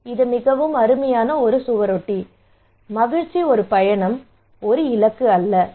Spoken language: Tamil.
இது மிகவும் அருமையான சுவரொட்டி 'மகிழ்ச்சி ஒரு பயணம் ஒரு இலக்கு அல்ல'